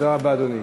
תודה רבה, אדוני.